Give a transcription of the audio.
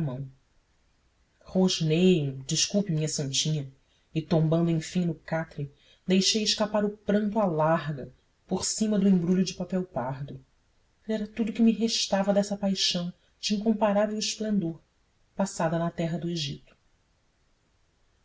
mão rosnei um desculpe minha santinha e tombando enfim no catre deixei escapar o pranto à larga por cima do embrulho de papel pardo ele era tudo que me restava dessa paixão de incomparável esplendor passada na terra do egito